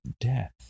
death